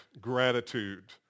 gratitude